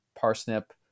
Parsnip